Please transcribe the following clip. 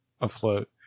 afloat